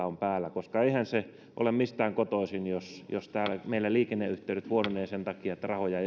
on päällä koska eihän se ole mistään kotoisin jos jos täällä meillä liikenneyhteydet huononevat sen takia että rahoja